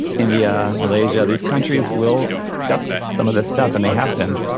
india, malaysia these countries will accept some of this stuff, and they have been.